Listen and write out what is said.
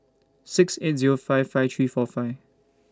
six eight Zero five five three four five